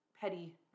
petty